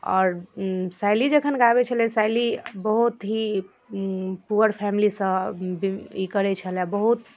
आओर शैली जखन गाबै छलै शैली बहुत ही पुअर फैमिलीसँ बिलोंग करै छलाए बहुत